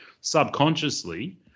subconsciously